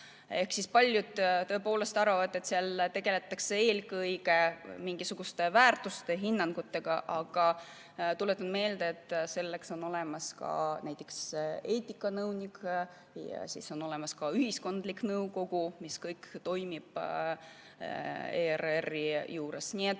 Ehk paljud tõepoolest arvavad, et seal tegeletakse eelkõige mingisuguste väärtushinnangutega. Tuletan meelde, et selleks on olemas ka näiteks eetikanõunik ja siis on olemas ka ühiskondlik nõukogu, mis kõik toimivad ERR‑i juures. Nii et